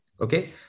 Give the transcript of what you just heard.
Okay